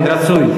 כן, רצוי.